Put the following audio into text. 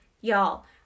Y'all